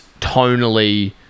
tonally